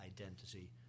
identity